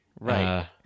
right